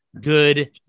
good